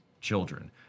children